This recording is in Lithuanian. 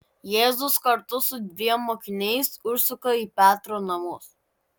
jėzus kartu su dviem mokiniais užsuka į petro namus